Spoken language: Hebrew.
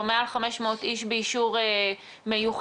או מעל 500 איש באישור מיוחד.